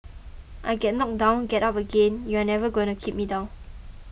I get knocked down get up again you're never gonna keep me down